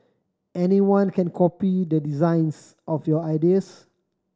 anyone can copy the designs of your ideas